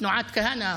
תנועת כהנא,